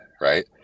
right